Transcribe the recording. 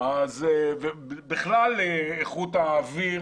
בכלל איכות האוויר,